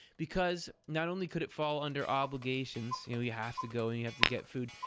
because, not only could it fall under obligations, you know, you have to go and you have to get food,